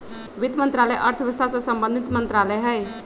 वित्त मंत्रालय अर्थव्यवस्था से संबंधित मंत्रालय हइ